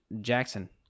Jackson